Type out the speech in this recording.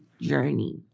journey